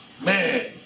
Man